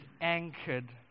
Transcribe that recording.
anchored